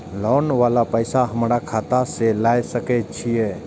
Loan वाला पैसा हमरा खाता से लाय सके छीये?